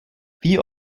wie